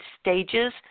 stages